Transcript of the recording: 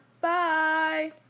Bye